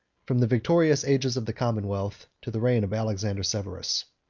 from the victorious ages of the commonwealth to the reign of alexander severus.